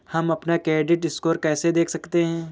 हम अपना credit score कैसे देख सकते हैं?